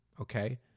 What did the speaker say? okay